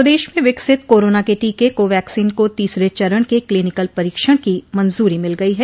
स्वदेश में विकसित कोरोना के टीके कोवैक्सीन को तीसरे चरण के क्लिनिकल परीक्षण की मंजूरी मिल गई है